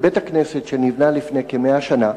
בית-הכנסת שנבנה לפני כ-100 שנה.